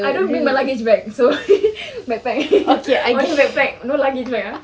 I don't bring my luggage bag so backpack only backpack no luggage bag ah